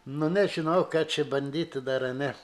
na nežinau ką čia bandyti dar a ne